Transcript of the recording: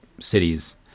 cities